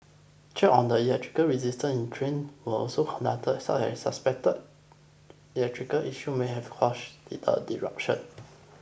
checks on the electrical resistance in train were also conducted as a suspected electrical issue may have caused the disruption